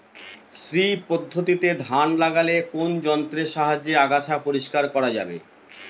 শ্রী পদ্ধতিতে ধান লাগালে কোন যন্ত্রের সাহায্যে আগাছা পরিষ্কার করা যাবে?